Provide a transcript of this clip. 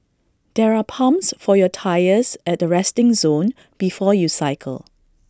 there are pumps for your tyres at the resting zone before you cycle